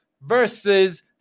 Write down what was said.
versus